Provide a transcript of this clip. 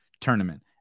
tournament